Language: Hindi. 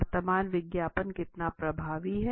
वर्तमान विज्ञापन कितना प्रभावी है